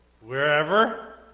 Wherever